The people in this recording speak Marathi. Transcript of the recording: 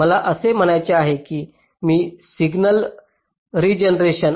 मला असे म्हणायचे आहे की सिग्नल रीजनरेशन